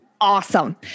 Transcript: Awesome